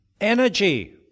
energy